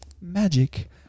magic